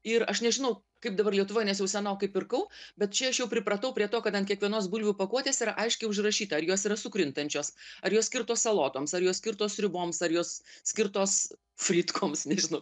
ir aš nežinau kaip dabar lietuvoje nes jau senokai pirkau bet čia aš jau pripratau prie to kad ant kiekvienos bulvių pakuotės yra aiškiai užrašyta ar jos yra sukrintančios ar jos skirtos salotoms ar jos skirtos sriuboms ar jos skirtos fritkoms nežinau